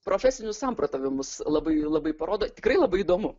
profesinius samprotavimus labai labai parodo tikrai labai įdomu